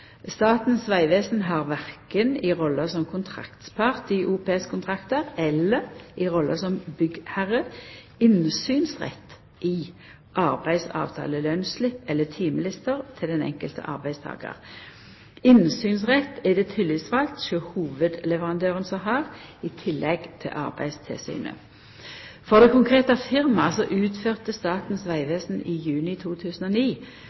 Statens vegvesen har korkje i rolla som kontraktspart i OPS-kontraktar eller i rolla som byggherre innsynsrett i arbeidsavtale, lønnsslipp eller timelister til den einskilde arbeidstakar. Innsynsrett er det tillitsvald hjå hovudleverandøren som har, i tillegg til Arbeidstilsynet. For det konkrete firmaet utførte Statens vegvesen i juni 2009